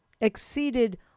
exceeded